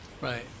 Right